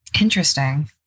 Interesting